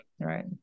right